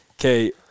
Okay